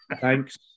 Thanks